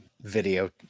video